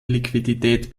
liquidität